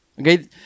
Okay